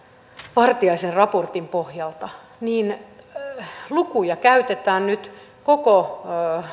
vartiaisen raportin pohjalta lukuja käytetään nyt koko